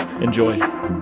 Enjoy